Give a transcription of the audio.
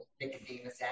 Nicodemus